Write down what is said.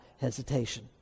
hesitation